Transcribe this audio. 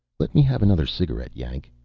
let me have another cigarette, yank,